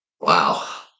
Wow